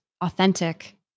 authentic